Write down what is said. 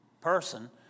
person